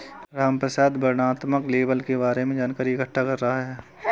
रामप्रसाद वर्णनात्मक लेबल के बारे में जानकारी इकट्ठा कर रहा है